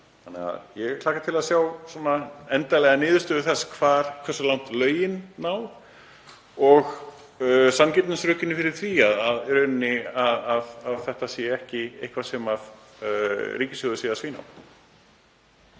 Þannig að ég hlakka til að sjá endanlega niðurstöðu þess hversu langt lögin ná og sanngirnisrök fyrir því að þetta sé ekki eitthvað sem ríkissjóður sé að svína